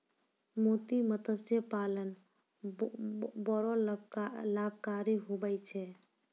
मोती मतस्य पालन बड़ो लाभकारी हुवै छै